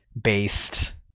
based